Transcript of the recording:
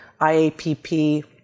IAPP